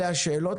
אלו השאלות,